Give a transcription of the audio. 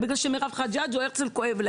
או בגלל שלמירב חג'אג' או להרצל כואב,